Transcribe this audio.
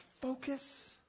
focus